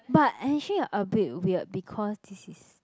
but actually a bit weird because this is